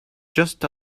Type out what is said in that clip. just